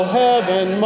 heaven